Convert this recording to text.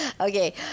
Okay